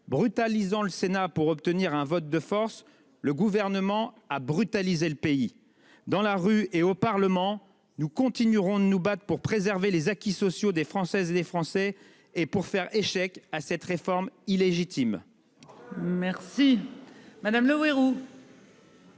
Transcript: brutalisant le Sénat pour obtenir un vote de force. Le gouvernement a brutaliser le pays dans la rue et au Parlement. Nous continuerons de nous battre pour préserver les acquis sociaux des Françaises et des Français et pour faire échec à cette réforme illégitime. Merci madame Le Houerou.